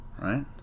right